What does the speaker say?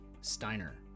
Steiner